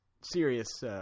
serious. –